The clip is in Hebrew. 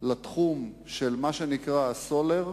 לגבי התחום של מה שנקרא סולר,